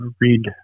Read